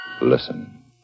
Listen